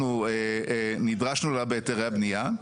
שנדרשנו לה בהיתרי הבנייה.